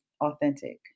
authentic